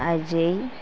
Ajay